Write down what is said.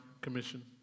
commission